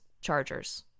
Chargers